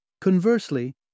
Conversely